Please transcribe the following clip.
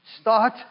start